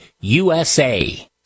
USA